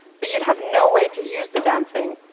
but you'd have no way to use the damn thing.